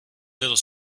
little